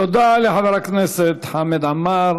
תודה לחבר הכנסת חמד עמאר,